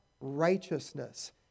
righteousness